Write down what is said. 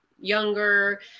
younger